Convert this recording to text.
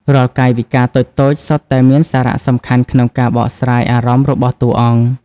រាល់កាយវិការតូចៗសុទ្ធតែមានសារៈសំខាន់ក្នុងការបកស្រាយអារម្មណ៍របស់តួអង្គ។